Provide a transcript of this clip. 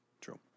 True